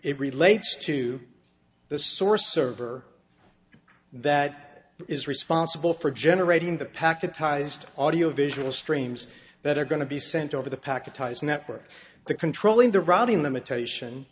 it relates to the source server that is responsible for generating the packetized audiovisual streams that are going to be sent over the packetized network the controlling the routing limitation